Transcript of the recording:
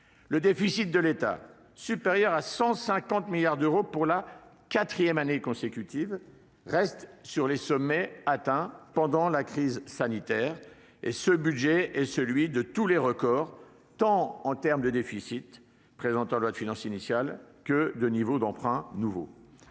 Le déficit de l'État, supérieur à 150 milliards d'euros pour la quatrième année consécutive, reste sur les sommets atteints pendant la crise sanitaire. Ce budget est celui de tous les records en termes de niveau, aussi bien de déficit présenté en loi de finances initiale que d'emprunts nouveaux.